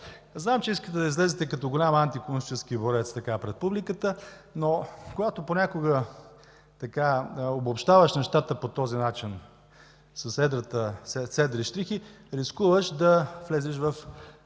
Знам, че искате да изглеждате като голям антикомунистически борец така, пред публиката, но когато понякога обобщаваш нещата по този начин с едри щрихи, рискуваш да влезеш в